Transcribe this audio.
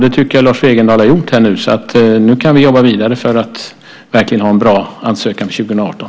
Det tycker jag att Lars Wegendal har gjort. Nu kan vi jobba vidare för att ha en bra ansökan för 2018.